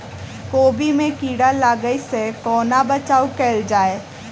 कोबी मे कीड़ा लागै सअ कोना बचाऊ कैल जाएँ?